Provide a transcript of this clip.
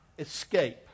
Escape